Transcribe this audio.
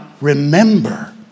remember